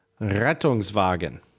Rettungswagen